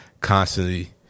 constantly